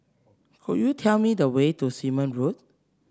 could you tell me the way to Simon Road